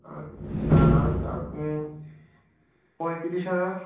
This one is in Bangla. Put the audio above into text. আচ্ছা তা আপনি পঁয়ত্রিশ হাজার